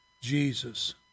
Jesus